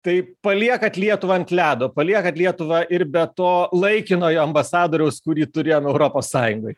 tai paliekat lietuvą ant ledo paliekat lietuvą ir be to laikinojo ambasadoriaus kurį turėjom europos sąjungoj